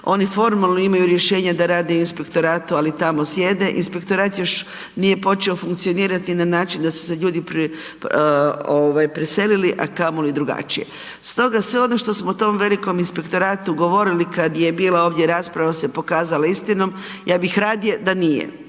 oni formalno imaju rješenje da rade u inspektoratu ali tamo sjede, inspektorat još nije počeo funkcionirati na način da su se ljudi preselili a kamoli drugačije. Stoga sve ono što u tom velikom inspektoratu govorili kad je bila ovdje rasprava se pokazala istinom, ja bih radije da nije,